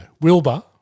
Wilbur